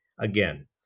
again